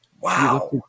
wow